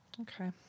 Okay